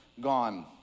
gone